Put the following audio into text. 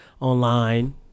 online